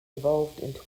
evolved